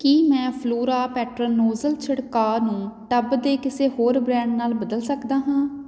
ਕੀ ਮੈਂ flora pattern nozzle ਛਿੜਕਾਅ ਨੂੰ ਟੱਬ ਦੇ ਕਿਸੇ ਹੋਰ ਬ੍ਰੈਂਡ ਨਾਲ ਬਦਲ ਸਕਦਾ ਹਾਂ